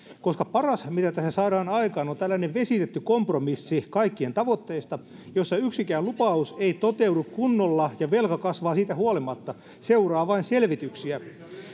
paras mitä tässä saadaan aikaan on tällainen vesitetty kompromissi kaikkien tavoitteista jossa yksikään lupaus ei toteudu kunnolla ja velka kasvaa siitä huolimatta seuraa vain selvityksiä